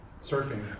surfing